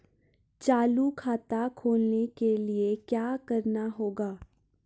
चालू खाता खोलने के लिए क्या करना होगा?